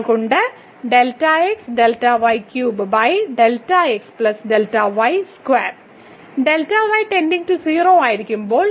നമ്മൾക്ക് ഉണ്ട് ആയിരിക്കുമ്പോൾ